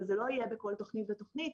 וזה לא יהיה בכל תכנית ותכנית,